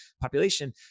population